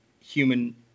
human